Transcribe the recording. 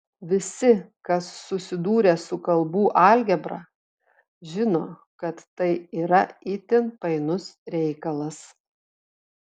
visi kas susidūrę su kalbų algebra žino kad tai yra itin painus reikalas